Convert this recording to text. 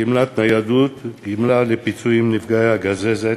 גמלת ניידות, גמלה לפיצוי נפגעי גזזת